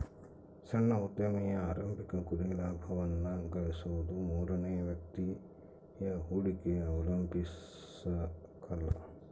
ಸಣ್ಣ ಉದ್ಯಮಿಯ ಆರಂಭಿಕ ಗುರಿ ಲಾಭವನ್ನ ಗಳಿಸೋದು ಮೂರನೇ ವ್ಯಕ್ತಿಯ ಹೂಡಿಕೆ ಅವಲಂಬಿಸಕಲ್ಲ